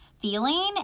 feeling